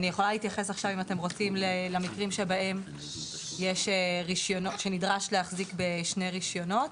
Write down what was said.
אני יכולה להתייחס עכשיו למקרים שבהם נדרש להחזיק בשני רישיונות.